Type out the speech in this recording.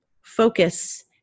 focus